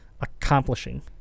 accomplishing